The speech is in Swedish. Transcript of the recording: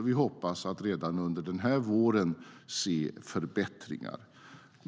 Vi hoppas att redan under den här våren se förbättringar. Herr talman!